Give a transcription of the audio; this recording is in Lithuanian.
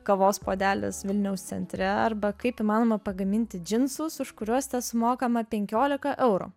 kavos puodelis vilniaus centre arba kaip įmanoma pagaminti džinsus už kuriuos sumokama penkiolika eurų